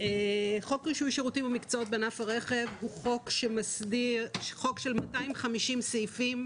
חוק רישוי שירותים ומקצועות בענף הרכב הוא חוק של 253 סעיפים,